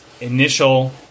initial